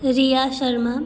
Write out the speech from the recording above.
Riya Sharma